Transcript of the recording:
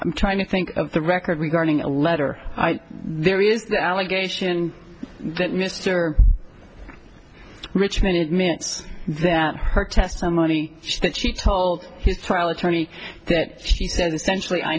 i'm trying to think of the record regarding a letter there is the allegation that mister richman admits that her testimony that she told his trial attorney that she said essentially i